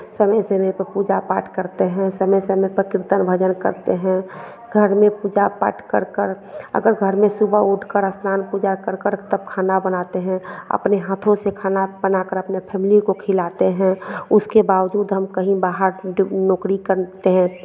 समय समय पे पूजा पाठ करते हैं और समय समय पर कीर्तन भजन करते हैं घर में पूजा पाठ करकर अगर घर में सुबह उठकर स्नान पूजा कर कर तब खाना बनाते हैं अपने हाथों से खाना बनाकर अपने फ़ैमिली को खिलाते हैं उसके बावज़ूद हम कहीं बाहर नौकरी करते हैं